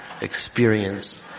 experience